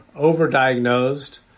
Overdiagnosed